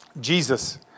Jesus